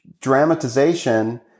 dramatization